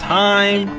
time